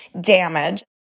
damage